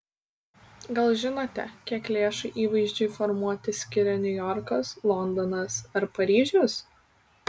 gal žinote kiek lėšų įvaizdžiui formuoti skiria niujorkas londonas ar paryžius